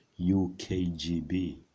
UKGB